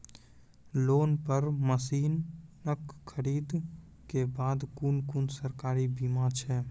Loan पर मसीनऽक खरीद के बाद कुनू सरकारी बीमा छै?